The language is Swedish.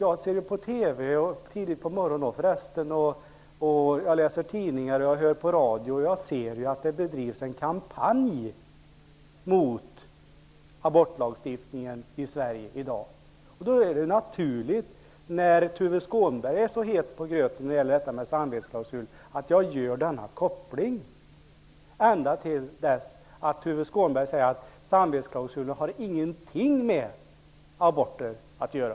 Jag ser på TV, läser tidningar och hör på radio. Jag ser att det bedrivs en kampanj mot abortlagstiftningen i Sverige i dag. Då är det naturligt att när Tuve Skånberg är så het på gröten i fråga om en samvetsklausul att jag gör denna koppling ända till dess att Tuve Skånberg säger att samvetsklausulen inte har någonting med aborter att göra.